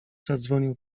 zadzwonił